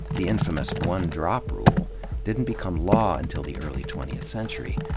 the infamous one-drop rule didn't become law until the early twentieth century.